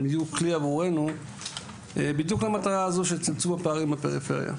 הם יהיו כלי עבורנו בדיוק למטרה הזו של צמצום הפערים בפריפריה.